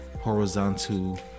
horizontal